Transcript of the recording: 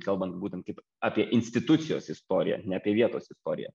kalbant būtent kaip apie institucijos istoriją ne apie vietos istoriją